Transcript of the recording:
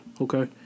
okay